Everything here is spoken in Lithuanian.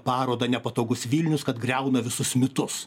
parodą nepatogus vilnius kad griauna visus mitus